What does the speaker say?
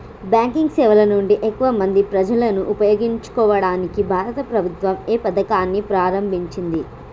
Banking సేవల నుండి ఎక్కువ మంది ప్రజలను ఉపయోగించుకోవడానికి భారత ప్రభుత్వం ఏ పథకాన్ని ప్రారంభించింది?